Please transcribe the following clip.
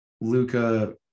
Luca